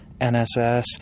NSS